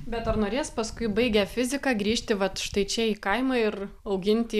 bet ar norės paskui baigę fiziką grįžti vat štai čia į kaimą ir auginti